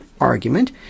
argument